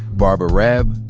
barbara raab,